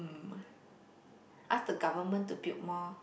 ask the government to build more